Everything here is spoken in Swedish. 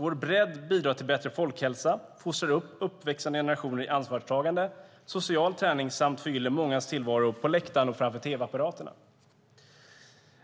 Vår bredd bidrar till bättre folkhälsa, fostrar den uppväxande generationen i ansvarstagande och social träning samt förgyller mångas tillvaro på läktare och framför tv-apparaterna.